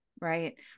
Right